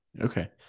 Okay